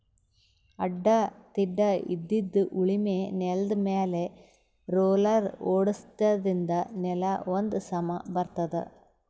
ಅಡ್ಡಾ ತಿಡ್ಡಾಇದ್ದಿದ್ ಉಳಮೆ ನೆಲ್ದಮ್ಯಾಲ್ ರೊಲ್ಲರ್ ಓಡ್ಸಾದ್ರಿನ್ದ ನೆಲಾ ಒಂದ್ ಸಮಾ ಬರ್ತದ್